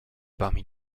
parmi